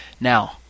now